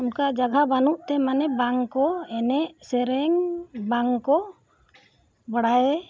ᱚᱱᱠᱟ ᱡᱟᱭᱜᱟ ᱵᱟᱹᱱᱩᱜᱛᱮ ᱢᱟᱱᱮ ᱵᱟᱝ ᱠᱚ ᱮᱱᱮᱡ ᱥᱮᱨᱮᱧ ᱵᱟᱝ ᱠᱚ ᱵᱟᱲᱟᱭ